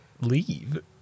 leave